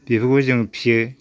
बेफोरखौ जों फिसियो